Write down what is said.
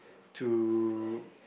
to